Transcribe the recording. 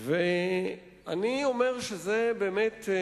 אני אומר שזה באמת,